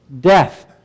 death